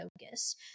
focus